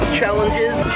challenges